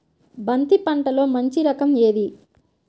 బంతి పంటలో మంచి రకం ఏది?